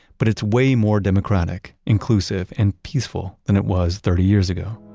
but it's way more democratic, inclusive, and peaceful than it was thirty years ago